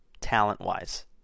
talent-wise